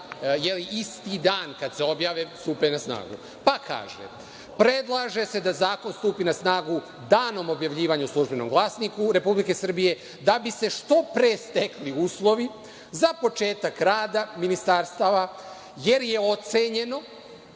da isti dan, kada se objave, stupe na snagu. Pa kaže – predlaže se da zakon stupi na snagu danom objavljivanja u „Službenom glasniku RS“ da bi se što pre stekli uslovi za početak rada ministarstava, jer je ocenjeno